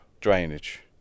drainage